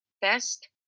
Best